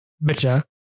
better